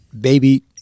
baby